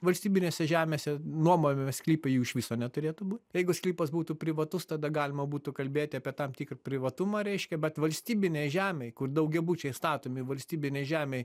valstybinėse žemėse nuomojamame sklype jų iš viso neturėtų būt jeigu sklypas būtų privatus tada galima būtų kalbėt apie tam tikrą privatumą reiškia bet valstybinėj žemėj kur daugiabučiai statomi valstybinėj žemėj